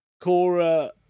Cora